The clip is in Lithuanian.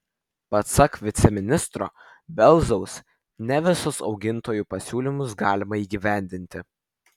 pasak viceministro belzaus ne visus augintojų pasiūlymus galima įgyvendinti